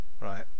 right